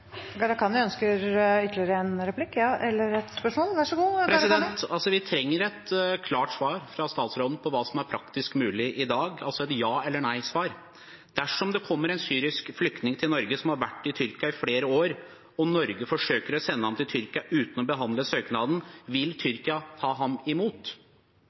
Vi trenger et klart svar fra statsråden på hva som er praktisk mulig i dag, altså et ja/nei-svar. Dersom det kommer en syrisk flyktning til Norge som har vært i Tyrkia i flere år, og Norge forsøker å sende ham til Tyrkia uten å behandle søknaden, vil Tyrkia ta ham imot?